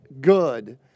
good